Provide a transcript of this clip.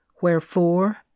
Wherefore